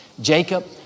Jacob